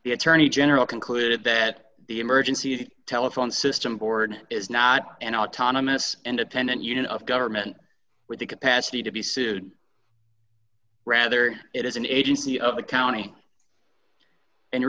the attorney general concluded that the emergency telephone system board is not an autonomous independent unit of government or the capacity to be sued rather it is an agency of the county